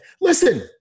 Listen